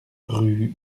rue